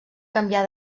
canviar